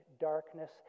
darkness